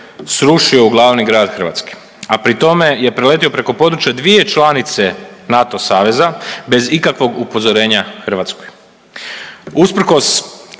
srušio u glavni grad Hrvatske, a pri tome je preletio preko područja dvije članice NATO saveza bez ikakvog upozorenja Hrvatskoj.